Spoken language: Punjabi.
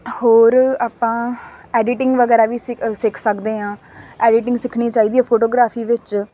ਹੋਰ ਆਪਾਂ ਐਡੀਟਿੰਗ ਵਗੈਰਾ ਵੀ ਸਿੱਖ ਸਿੱਖ ਸਕਦੇ ਹਾਂ ਐਡੀਟਿੰਗ ਸਿੱਖਣੀ ਚਾਹੀਦੀ ਹੈ ਫੋਟੋਗ੍ਰਾਫੀ ਵਿੱਚ